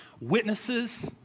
witnesses